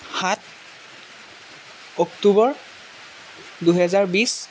সাত অক্টোবৰ দুহেজাৰ বিছ